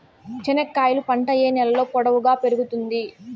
చెనక్కాయలు పంట ఏ నేలలో పొడువుగా పెరుగుతుంది?